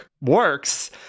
works